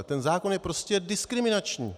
Ten zákon je prostě diskriminační.